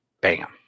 Bam